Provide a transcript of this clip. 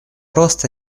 роста